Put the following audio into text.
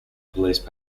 police